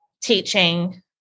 teaching